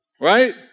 right